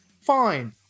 fine